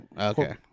Okay